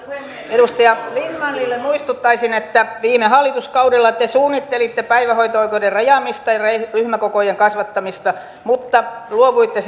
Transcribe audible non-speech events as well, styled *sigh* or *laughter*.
edustaja lindtmanille muistuttaisin että viime hallituskaudella te te suunnittelitte päivähoito oikeuden rajaamista ja ryhmäkokojen kasvattamista mutta luovuitte *unintelligible*